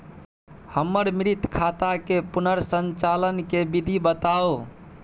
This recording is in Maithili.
हमर मृत खाता के पुनर संचालन के विधी बताउ?